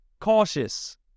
cautious